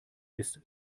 ist